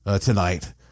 tonight